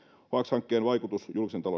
hankkeen vaikutus